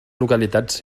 localitats